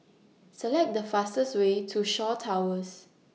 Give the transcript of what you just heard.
Select The fastest Way to Shaw Towers